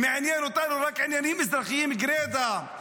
מעניינים אותנו רק עניינים אזרחיים גרידא,